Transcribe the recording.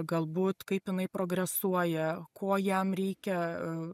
galbūt kaip jinai progresuoja ko jam reikia